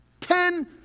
ten